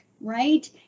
right